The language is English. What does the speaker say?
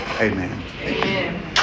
Amen